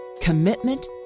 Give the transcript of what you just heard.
commitment